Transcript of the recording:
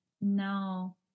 No